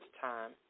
time